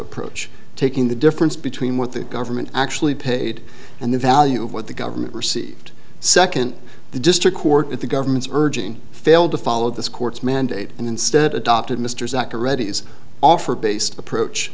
approach taking the difference between what the government actually paid and the value of what the government received second the district court at the government's urging failed to follow this court's mandate and instead adopted mr zak a readies offer based approach